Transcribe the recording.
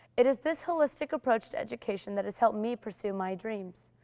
it is this holistic approach to education that has helped me pursue my dreams.